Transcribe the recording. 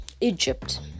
Egypt